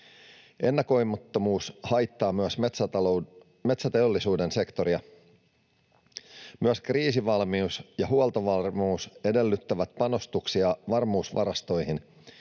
Ennakoimattomuus haittaa myös metsäteollisuuden sektoria. Myös kriisivalmius ja huoltovarmuus edellyttävät panostuksia varmuusvarastoihin.